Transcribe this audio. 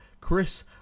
Chris